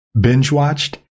binge-watched